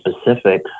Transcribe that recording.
specific